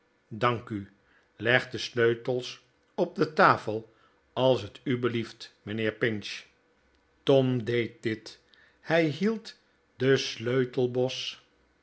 dank u leg de sleutels op de tafel als t u belieft mijnheer pinch tom deed dit hij hield den sleutelbos